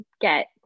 get